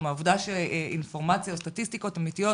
או מהעובדה שאינפורמציה או סטטיסטיקות אמיתיות